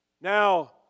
Now